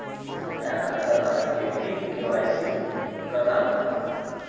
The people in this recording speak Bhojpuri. नया खाताधारक के भी के.वाई.सी करना पड़ला